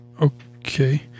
okay